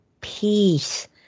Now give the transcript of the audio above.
peace